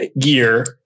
gear